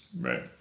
Right